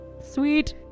Sweet